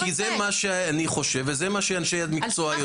כי זה מה שאני חושב וזה מה שאנשי המקצוע יודעים.